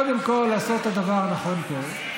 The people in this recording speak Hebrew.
קודם כול לעשות את הדבר הנכון פה,